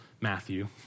Matthew